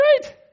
great